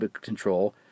control